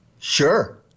sure